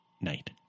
night